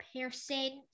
Percent